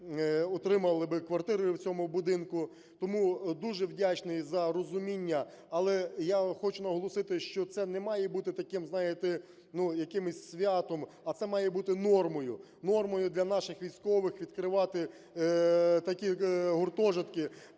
отримали би квартири в цьому будинку. Тому дуже вдячний за розуміння. Але я хочу наголосити, що це не має бути таким, знаєте, ну, якимось святом, а це має бути нормою, нормою для наших військових відкривати такі гуртожитки,